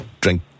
drink